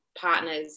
partners